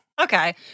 Okay